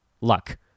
luck